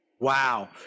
Wow